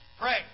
pray